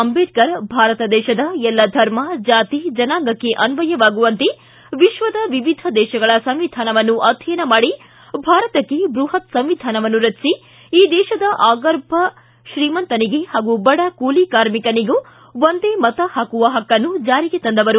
ಅಂಬೇಡ್ಕರ್ ಭಾರತ ದೇಶದ ಎಲ್ಲ ಧರ್ಮ ಜಾತಿ ಜನಾಂಗಕ್ಕೆ ಅನ್ವಯವಾಗುವಂತೆ ವಿಶ್ವದ ವಿವಧ ದೇಶಗಳ ಸಂವಿಧಾನವನ್ನು ಅಧ್ಯಯನ ಮಾಡಿ ಭಾರತಕ್ಕೆ ಬೃಹತ್ ಸಂವಿಧಾನವನ್ನು ರಚಿಸಿ ಈ ದೇಶದ ಆಗರ್ಭ ಶ್ರೀಮಂತನಿಗೆ ಹಾಗೂ ಬಡ ಕೂಲಿ ಕಾರ್ಮಿಕನಿಗೂ ಒಂದೇ ಮತ ಪಾಕುವ ಪಕ್ಕನ್ನು ಜಾರಿಗೆ ತಂದವರು